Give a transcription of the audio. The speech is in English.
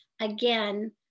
Again